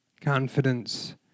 confidence